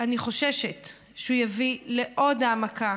אני חוששת שהוא יביא לעוד העמקה